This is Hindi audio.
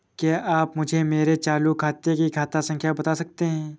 क्या आप मुझे मेरे चालू खाते की खाता संख्या बता सकते हैं?